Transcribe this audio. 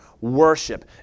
worship